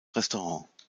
restaurant